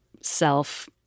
self